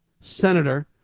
Senator